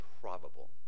probable